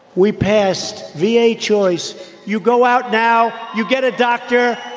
we passed v a. choice you go out now, you get a doctor,